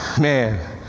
man